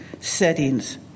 settings